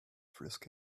frisk